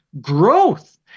growth